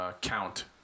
count